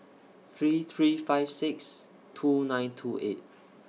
three three five six two nine two eight